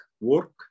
work